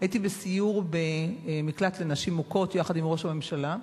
בסיור במקלט לנשים מוכות יחד עם ראש הממשלה,